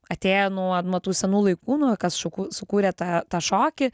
atėję nuo nuo tų senų laikų nuo kas šukų sukūrė tą tą šokį